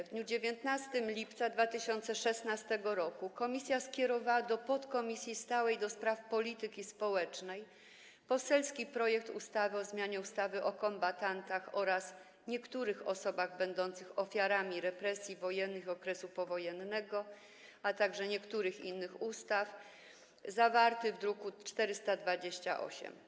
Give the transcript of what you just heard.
W dniu 19 lipca 2016 r. komisja skierowała do podkomisji stałej do spraw polityki społecznej poselski projekt ustawy o zmianie ustawy o kombatantach oraz niektórych osobach będących ofiarami represji wojennych i okresu powojennego oraz niektórych innych ustaw zawarty w druku nr 428.